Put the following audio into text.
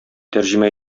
тәрҗемә